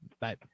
Bye